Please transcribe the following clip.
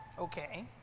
Okay